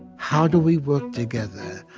how do we work together?